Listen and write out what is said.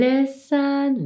Listen